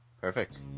Perfect